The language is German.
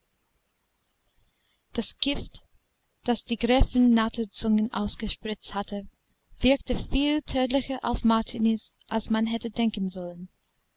das gift das die gräfin natterzunge ausgespritzt hatte wirkte viel tödlicher auf martiniz als man hätte denken sollen